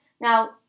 Now